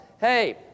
Hey